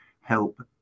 help